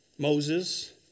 Moses